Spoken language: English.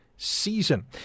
season